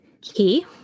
key